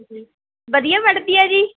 ਹਾਂਜੀ ਵਧੀਆ ਪੜ੍ਹਦੀ ਹੈ ਜੀ